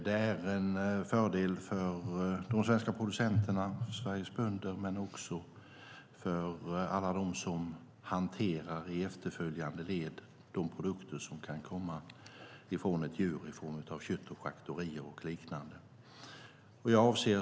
Det är en fördel för de svenska producenterna, alltså Sveriges bönder, och för alla dem som i efterföljande led hanterar de produkter i form av kött, charkuterier och liknande som kan komma från ett djur.